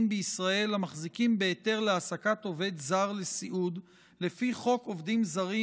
בישראל המחזיקים בהיתר להעסקת עובד זר לסיעוד לפי חוק עובדים זרים,